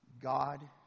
God